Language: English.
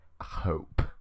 Hope